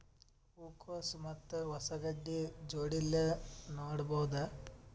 ಹೂ ಕೊಸು ಮತ್ ಕೊಸ ಗಡ್ಡಿ ಜೋಡಿಲ್ಲೆ ನೇಡಬಹ್ದ?